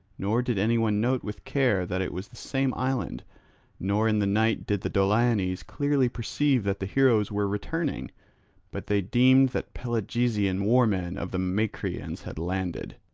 nor did anyone note with care that it was the same island nor in the night did the doliones clearly perceive that the heroes were returning but they deemed that pelasgian war-men of the macrians had landed.